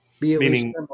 Meaning